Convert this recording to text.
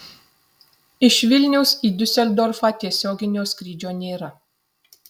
iš vilniaus į diuseldorfą tiesioginio skrydžio nėra